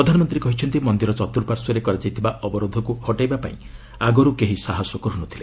ପ୍ରଧାନମନ୍ତ୍ରୀ କହିଛନ୍ତି ମନ୍ଦିର ଚତ୍ରୁଃପାର୍ଶ୍ୱରେ କରାଯାଇଥିବା ଅବରୋଧକୁ ହଟାଇବା ପାଇଁ ଆଗରୁ କେହି ସାହସ କରୁନଥିଲେ